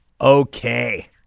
Okay